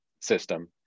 system